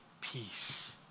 peace